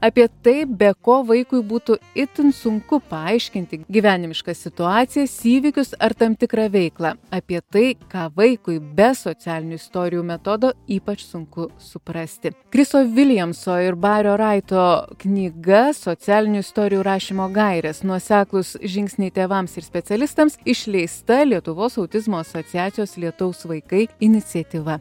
apie tai be ko vaikui būtų itin sunku paaiškinti gyvenimiškas situacijas įvykius ar tam tikrą veiklą apie tai ką vaikui be socialinių istorijų metodo ypač sunku suprasti kriso viljamso ir bario raito knyga socialinių istorijų rašymo gairės nuoseklūs žingsniai tėvams ir specialistams išleista lietuvos autizmo asociacijos lietaus vaikai iniciatyva